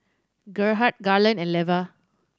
Gerhard Garland and Leva